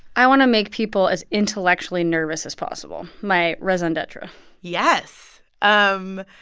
i want to make people as intellectually nervous as possible, my reason d'etre yes. um